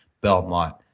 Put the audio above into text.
Belmont